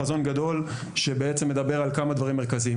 חזון גדול שבעצם מדבר על כמה דברים מרכזיים.